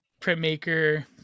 printmaker